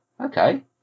okay